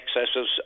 excesses